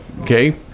okay